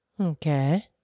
Okay